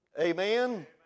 Amen